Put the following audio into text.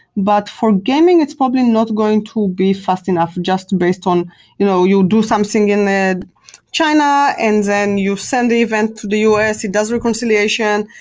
but for gaming it's probably not going to be fast enough just based on you know you do something in china and then you send the event the u s. it does reconciliation,